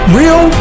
real